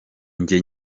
njye